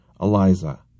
Eliza